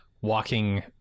walking